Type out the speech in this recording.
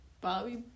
Bobby